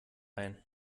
ein